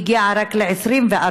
הגיעה רק ל-24%.